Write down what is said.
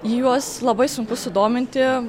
juos labai sunku sudominti